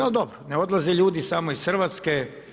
Ali dobro, ne odlaze ljudi samo iz Hrvatske.